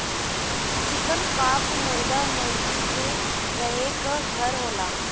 चिकन coop मुरगा मुरगी क रहे क घर होला